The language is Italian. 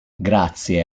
grazie